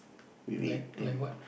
with it then